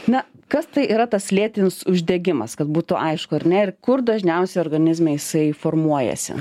na kas tai yra tas lėtinis uždegimas kad būtų aišku ar ne ir kur dažniausiai organizme jisai formuojasi